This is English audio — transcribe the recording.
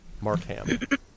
Markham